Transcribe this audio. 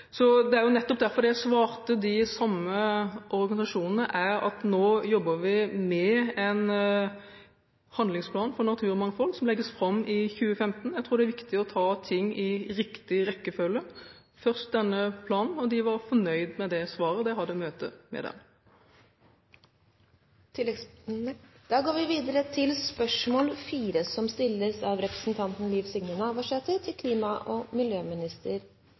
Det var nettopp derfor jeg svarte de samme organisasjonene at nå jobber vi med en handlingsplan for naturmangfold som legges fram i 2015. Jeg tror det er viktig å ta ting i riktig rekkefølge – først denne planen, og de var fornøyd med det svaret da jeg hadde møte med dem. Da går vi tilbake til spørsmål 4 «Stortinget har gjennom vedtak nr. 687 den 17. juni 2011 gitt føringar for rovdyrpolitikken og